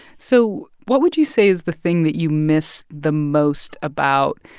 so what would you say is the thing that you miss the most about,